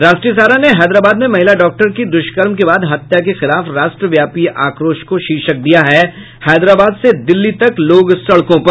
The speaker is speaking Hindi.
राष्ट्रीय सहारा ने हैदराबाद में महिला डॉक्टर की दुष्कर्म के बाद हत्या के खिलाफ राष्ट्र व्यापी आक्रोश को शीर्षक दिया है हैदराबाद से दिल्ली तक लोग सड़कों पर